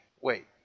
wait